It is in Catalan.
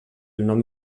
nom